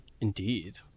Indeed